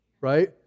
Right